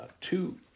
two